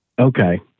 Okay